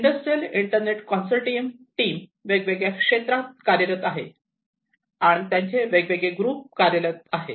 industrial internet consortium team वेगवेगळ्या क्षेत्रात कार्यरत आहे आणि त्यांचे वेगवेगळे ग्रुप कार्यरत आहेत